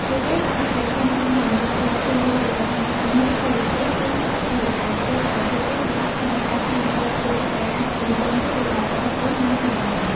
ពួកគេក៏អាចប្រឈមមុខនឹងកង្វល់ផ្ទាល់ខ្លួន ដូចជាបញ្ហាការងារ ជីវភាព ឬសុខភាព ដែលធ្វើឱ្យពួកគេពិបាកក្នុងការឆ្លើយតបគ្រប់ការរំពឹងទុករបស់ប្អូនៗបានពេញលេញ។